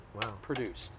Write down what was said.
produced